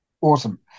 awesome